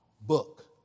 book